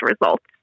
results